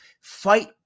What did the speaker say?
fight